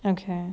okay